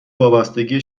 وابستگیه